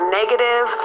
negative